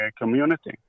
community